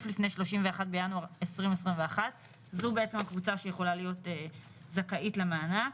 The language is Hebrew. לפני 31 בינואר 2021. זו הקבוצה שיכולה להיות זכאית למענק.